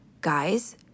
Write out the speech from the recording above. Guys